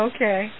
Okay